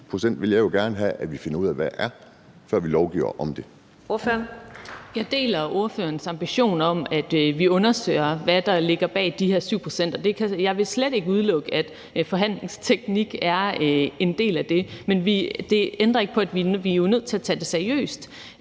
(Karina Adsbøl): Ordføreren. Kl. 15:16 Linea Søgaard-Lidell (V): Jeg deler ordførerens ambition om, at vi undersøger, hvad der ligger bag de her 7 pct. Jeg vil slet ikke udelukke, at forhandlingsteknik er en del af det, men det ændrer ikke på, at vi jo er nødt til at tage det seriøst